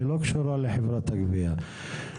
אינה קשורה לחברת הגבייה.